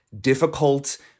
difficult